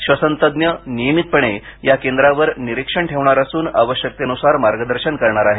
श्वसनतज्ञ नियमितपणे या केंद्रावर निरीक्षण ठेवणार असून आवश्यकतेनुसार मार्गदर्शन करणार आहेत